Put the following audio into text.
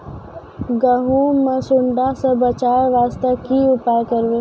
गहूम के सुंडा से बचाई वास्ते की उपाय करबै?